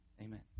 Amen